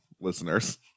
listeners